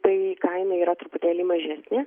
tai kaina yra truputėlį mažesnė